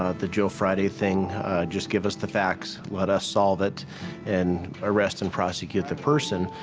ah the joe friday thing just give us the facts. let us solve it and arrest and prosecute the person.